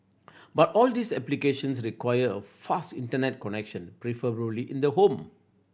but all these applications require a fast Internet connection preferably in the home